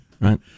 Right